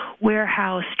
Warehouse